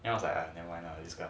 then I was like !aiya! never mind lah